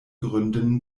gründen